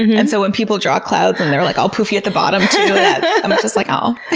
and so when people draw clouds and they're like all poofy at the bottom too, i'm just like, oh.